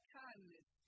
kindness